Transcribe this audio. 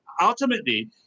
ultimately